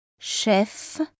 chef